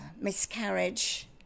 miscarriage